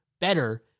better